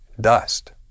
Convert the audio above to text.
Dust